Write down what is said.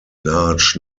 large